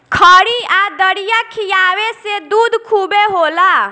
खरी आ दरिया खिआवे से दूध खूबे होला